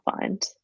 find